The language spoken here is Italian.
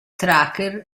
tracker